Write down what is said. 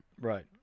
Right